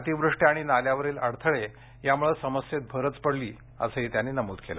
अतिवृष्टी आणि नाल्यावरील अडथळे यामुळे समस्येत भरच पडली असंही त्यांनी नमूद केलं